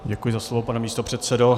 Děkuji za slovo, pane místopředsedo.